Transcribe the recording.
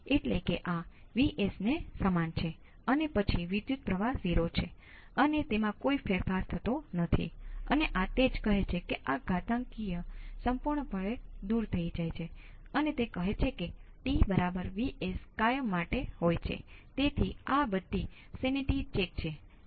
તેથી સૌપ્રથમ સ્ટેપ લાગુ થાય તે પહેલા I R શું છે મને લાગે છે કે આ 1 કિલો ઓહમના સંદર્ભમાં અહીં 0 વોલ્ટ છે અને ત્યાં 2 વોલ્ટ છે તેથી તે દિશામાં 2 વોલ્ટ છે